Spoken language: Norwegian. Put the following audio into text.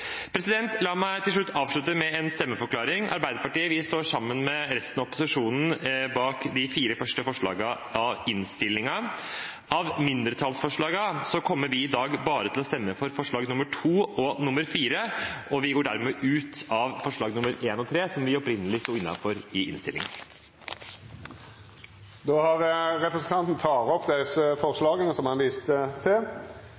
avslutte med en stemmeforklaring. Arbeiderpartiet står sammen med resten av opposisjonen bak de fire første forslagene i innstillingen. Av mindretallsforslagene kommer vi i dag bare til å stemme for forslagene nr. 2 og 4, og vi går dermed ut av forslagene nr. 1 og 3, som vi opprinnelig sto inne i i innstillingen. Jeg tar med det opp